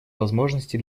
возможности